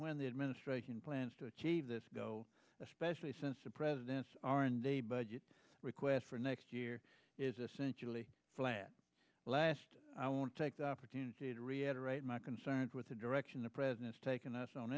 when the administration plans to achieve this goal especially since the presidents are in the budget request for next year is essentially flat last i want to take the opportunity to reiterate my concerns with the direction the president's taken us on